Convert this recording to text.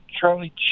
charlie